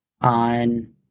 on